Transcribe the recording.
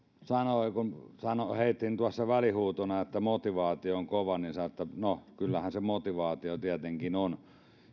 sanoi kun heitin tuossa välihuutona että motivaatio on kova että no kyllähän se motivaatio tietenkin on